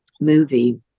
movie